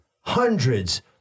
hundreds